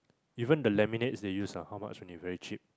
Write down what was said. even the laminates they use ah how much only very cheap